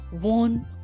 one